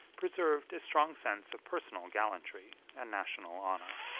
preserved a strong sense of personal gallantry and national honor.